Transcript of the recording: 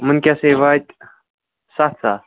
یِمَن کیٛاہ سے واتہِ سَتھ ساس